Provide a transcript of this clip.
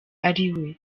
ariwe